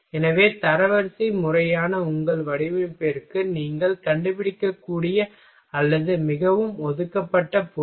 எனவே தரவரிசை முறையான உங்கள் வடிவமைப்பிற்கு நீங்கள் கண்டுபிடிக்கக்கூடிய அல்லது மிகவும் ஒதுக்கப்பட்ட பொருள்